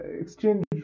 exchange